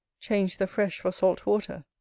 change the fresh for salt water.